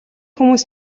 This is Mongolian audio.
хүмүүс